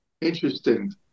Interesting